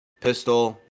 pistol